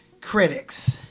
Critics